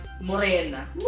morena